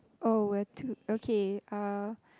oh we are two okay uh